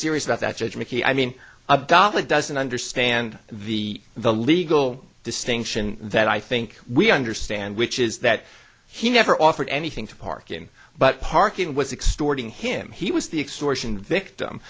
serious about that judge mckee i mean dolly doesn't understand the the legal distinction that i think we understand which is that he never offered anything to parking but parking was extorting him he was the extortion victim